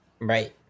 Right